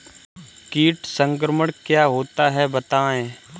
कीट संक्रमण क्या होता है बताएँ?